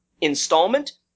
installment